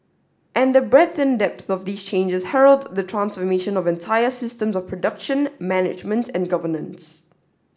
and the breadth and depth of these changes herald the transformation of entire systems of production management and governance